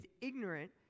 ignorant